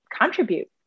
contribute